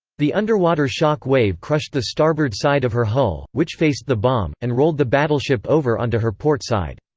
the underwater shock wave crushed the starboard side of her hull, which faced the bomb, and rolled the battleship over onto her port side.